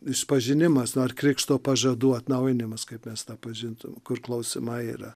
išpažinimas ar krikšto pažadų atnaujinimas kaip mes tą pažintų kur klausimai yra